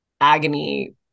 agony